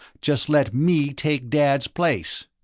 just let me take dad's place!